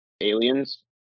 aliens